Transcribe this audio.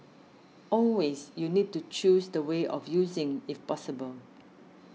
always you need to choose the way of using if possible